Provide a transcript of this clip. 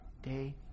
day